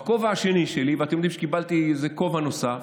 בכובע השני שלי, ואתם יודעים שקיבלתי כובע נוסף,